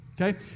okay